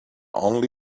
only